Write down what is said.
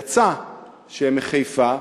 יצא שהם מחיפה.